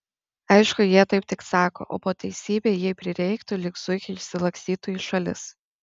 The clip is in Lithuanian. aišku jie taip tik sako o po teisybei jei prireiktų lyg zuikiai išsilakstytų į šalis